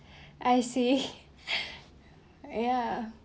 I see ya